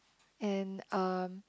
and um